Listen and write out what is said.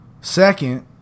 Second